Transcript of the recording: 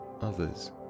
others